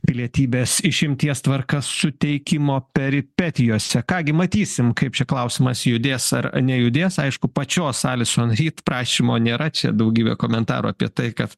pilietybės išimties tvarka suteikimo peripetijose ką gi matysim kaip čia klausimas judės ar nejudės aišku pačios alison ryt prašymo nėra čia daugybė komentarų apie tai kad